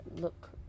look